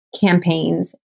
campaigns